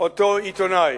אותו עיתונאי,